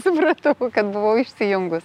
supratau kad buvau išsijungus